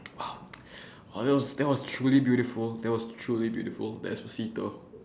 !whoa! !woah! that was that was truly beautiful that was truly beautiful despacito